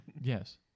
Yes